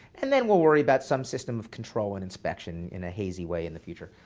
and then we'll worry about some system of control and inspection in a hazy way in the future.